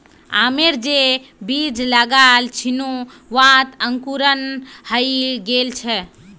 आमेर जे बीज लगाल छिनु वहात अंकुरण हइ गेल छ